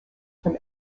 from